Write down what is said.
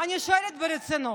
אני שואלת ברצינות: